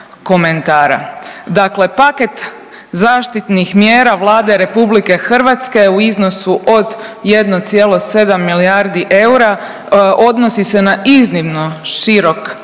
Dakle, paket zaštitnih mjera Vlade Republike Hrvatske u iznosu od 1,7 milijardi eura odnosi se na iznimno širok